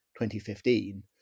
2015